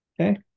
Okay